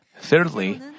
Thirdly